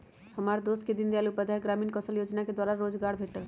हमर दोस के दीनदयाल उपाध्याय ग्रामीण कौशल जोजना द्वारा रोजगार भेटल